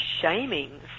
shaming